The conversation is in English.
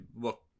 look